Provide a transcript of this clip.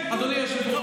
היום הם אמרו